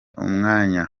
umwanya